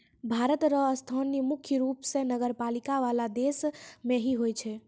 भारत र स्थान मुख्य रूप स नगरपालिका वाला देश मे ही होय छै